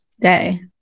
day